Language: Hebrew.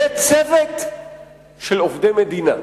יהיה צוות של עובדי מדינה.